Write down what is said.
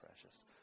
precious